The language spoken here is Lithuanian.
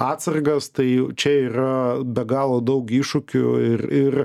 atsargas tai čia yra be galo daug iššūkių ir ir